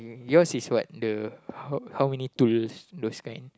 yours is what the how how many tools those kind